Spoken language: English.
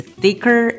thicker